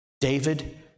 David